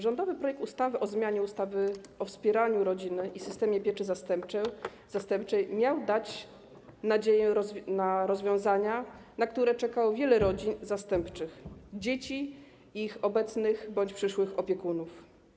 Rządowy projekt ustawy o zmianie ustawy o wspieraniu rodziny i systemie pieczy zastępczej miał dać nadzieję na rozwiązania, na które czekało wiele rodzin zastępczych, dzieci i wielu ich obecnych bądź przyszłych opiekunów.